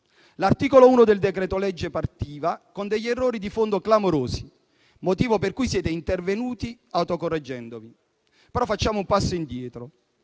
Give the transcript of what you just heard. L'articolo 1 del decreto-legge partiva con degli errori di fondo clamorosi, motivo per cui siete intervenuti autocorreggendovi, però facciamo un passo indietro.